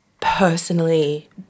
personally